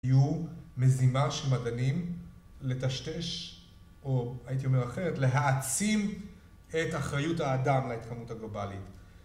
יהיו מזימה של מדענים לטשטש, או הייתי אומר אחרת, להעצים את אחריות האדם להתחממות הגלובלית.